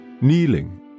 Kneeling